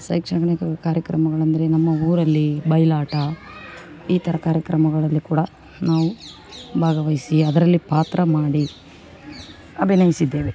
ಶೈಕ್ಷಣಿಕ ಕಾರ್ಯಕ್ರಮಗಳಂದರೆ ನಮ್ಮ ಊರಲ್ಲಿ ಬಯಲಾಟ ಈ ಥರ ಕಾರ್ಯಕ್ರಮಗಳಲ್ಲಿ ಕೂಡ ನಾವು ಭಾಗವಹಿಸಿ ಅದರಲ್ಲಿ ಪಾತ್ರ ಮಾಡಿ ಅಭಿನಯಿಸಿದ್ದೇವೆ